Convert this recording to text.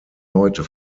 leute